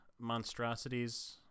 monstrosities